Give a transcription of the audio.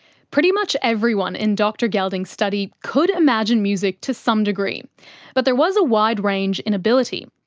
pretty much everyone in dr gelding's study could imagine music to some degree but there was a wide range in ability.